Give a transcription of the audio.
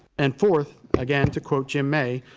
and fourth, again, to quote jim may,